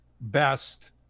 best –